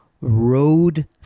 road